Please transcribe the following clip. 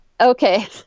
Okay